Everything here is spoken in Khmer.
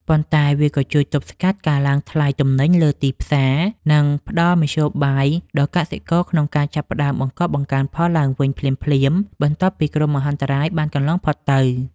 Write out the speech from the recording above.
ប៉ុន្តែវាក៏ជួយទប់ស្កាត់ការឡើងថ្លៃទំនិញលើទីផ្សារ និងផ្តល់មធ្យោបាយដល់កសិករក្នុងការចាប់ផ្តើមបង្កបង្កើនផលឡើងវិញភ្លាមៗបន្ទាប់ពីគ្រោះមហន្តរាយបានកន្លងផុតទៅ។